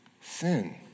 sin